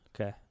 Okay